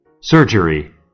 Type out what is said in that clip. Surgery